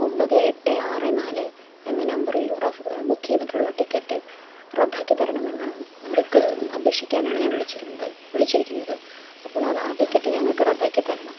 ഒമ്പതേ എട്ടേ ആറേ നാലേ എന്ന നമ്പറിൽ റഫ് ബുക്ക് ചെയ്തിട്ടുള്ള ടിക്കറ്റ് റദ്ദാക്കി തരണമെന്ന് അവക്ക് അപേക്ഷിക്കാനാണ് ഞാൻ വിളിച്ചിരുന്നത് വിളിച്ചിരിക്കുന്നത് അപ്പോൾ അത് ആ ടിക്കറ്റ് ഞങ്ങൾക്ക് റദ്ദാക്കിത്തരണം